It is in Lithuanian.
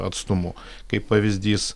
atstumu kaip pavyzdys